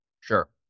Sure